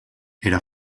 era